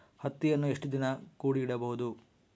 ಹತ್ತಿಯನ್ನು ಎಷ್ಟು ದಿನ ಕೂಡಿ ಇಡಬಹುದು?